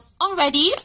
already